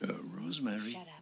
Rosemary